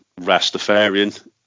Rastafarian